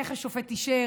איך השופט אישר?